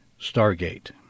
Stargate